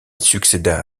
succéda